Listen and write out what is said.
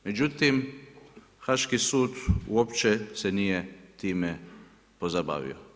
Međutim, Haški sud uopće se nije time pozabavio.